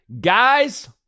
Guys